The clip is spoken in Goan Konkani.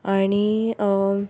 आनी